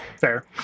Fair